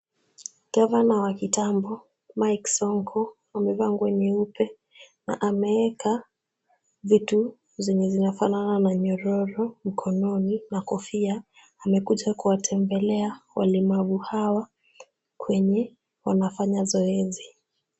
Gavana wa kitambo Mike Sonko amevaa nguo nyeupe na ameweka vitu zenye zinafanana na nyororo mkononi na kofia. Amekuja kuwatembelea walemavu hawa kwenye wanafanya zoezi.